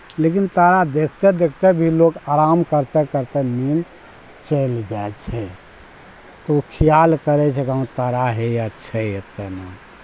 लेकिन तारा देखिते देखिते भी लोक आराम करिते करिते नीन्द चलि जाए छै तऽ ओ खिआल करै छै गाँव तारा हेए छै एतेक ने